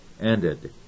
ended